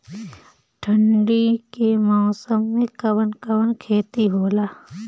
ठंडी के मौसम में कवन कवन खेती होला?